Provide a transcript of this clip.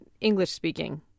English-speaking